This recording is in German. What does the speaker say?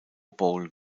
bowl